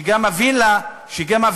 שגם את הווילה פורצים,